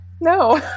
no